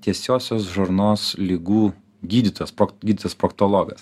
tiesiosios žarnos ligų gydytojas prok gygytojas proktologas